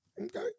Okay